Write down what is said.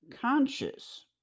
conscious